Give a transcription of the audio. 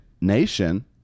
nation